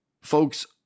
folks